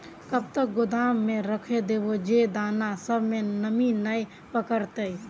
कब तक गोदाम में रख देबे जे दाना सब में नमी नय पकड़ते?